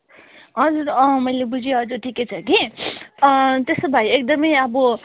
हजुर अँ मैले बुझेँ हजुर ठिकै छ कि त्यसो भए एकदमै अब